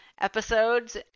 episodes